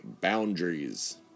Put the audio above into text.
boundaries